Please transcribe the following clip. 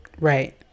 Right